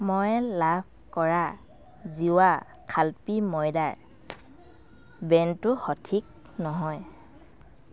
মই লাভ কৰা জিৱা খালপি ময়দাৰ ব্ৰেণ্ডটো সঠিক নহয়